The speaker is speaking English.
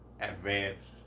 advanced